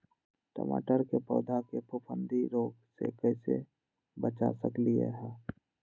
टमाटर के पौधा के फफूंदी रोग से कैसे बचा सकलियै ह?